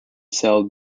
sailed